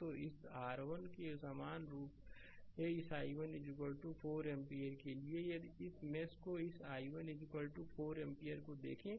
तो इस r1 के लिए समान रूप से इस i1 4 एम्पीयर के लिए यदि इस मेष को इस i1 4 एम्पीयर को देखें